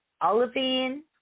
olivine